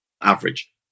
average